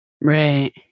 right